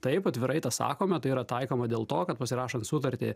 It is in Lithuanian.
taip atvirai tą sakome tai yra taikoma dėl to kad pasirašant sutartį